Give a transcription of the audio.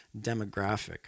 demographic